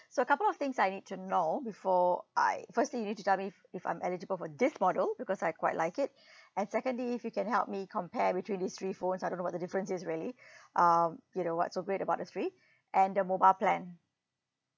so couple of things I need to know before I firstly you need to tell me if if I'm eligible for this model because I quite like it and secondly if you can help me compare between these three phones I don't know what the difference is really um you know what's so great about the three and the mobile plan